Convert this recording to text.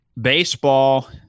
Baseball